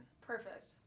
Perfect